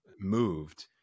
moved